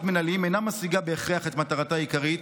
מינהליים אינה משיגה בהכרח את מטרתה העיקרית,